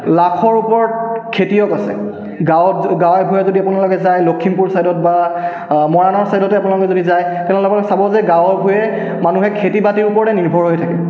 লাখৰ ওপৰত খেতিয়ক আছে গাঁৱত গাঁৱে ভূঁয়ে যদি আপোনালোকে যায় লখিমপুৰ ছাইডত বা মৰাণৰ ছাইডত যদি যায় তেওঁলোকৰ চাব যে গাঁৱে ভূঁয়ে মানুহে খেতি বাতিৰ ওপৰতে নিৰ্ভৰ হৈ থাকে